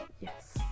Yes